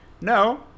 no